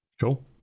cool